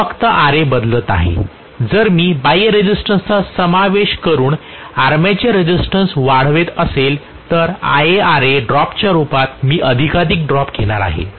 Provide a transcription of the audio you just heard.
मी फक्त Ra बदलत आहे जर मी बाह्य रेसिस्टन्स चा समावेश करून आर्मेचर रेझिस्टन्स वाढवत असेल तर IaRa ड्रॉपच्या रूपात मी अधिकाधिक ड्रॉप घेणार आहे